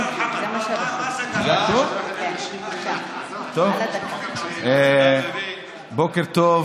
בוקר טוב.